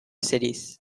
cities